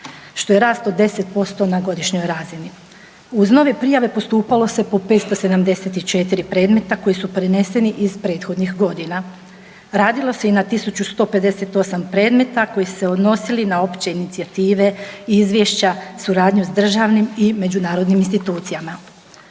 što je rast od 10% na godišnjoj razini. Uz nove prijave postupalo se po 574 predmeta koji su preneseni iz prethodnih godina. Radilo se i na 1158 predmeta koji su se odnosili na opće inicijative, izvješća, suradnju sa državnim i međunarodnim institucijama.